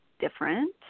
different